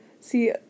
See